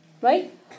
right